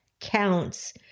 counts